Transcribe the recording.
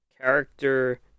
character